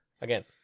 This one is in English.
again